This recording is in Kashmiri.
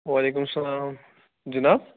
وعلیکُم السلام جِناب